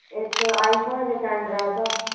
इक iPhone ते इक एंड्राइड दा